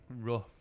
rough